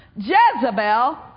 Jezebel